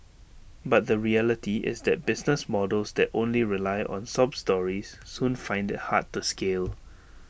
but the reality is that business models that only rely on sob stories soon find IT hard to scale